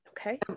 okay